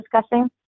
discussing